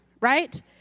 Right